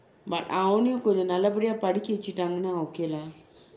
but அவனையும் கொஞ்சம் நல்லபடியாக படிக்க வைத்தால் :avanaiyum koncham nallapadiyaka padika vaitthal okay lah